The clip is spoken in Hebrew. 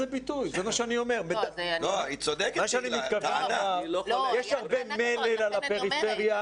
יש הרבה מלל על הפריפריה.